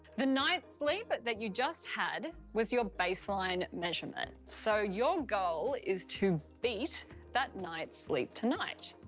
the night's sleep but that you just had, was your baseline measurement. so your goal is to beat that night's sleep tonight.